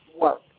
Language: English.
work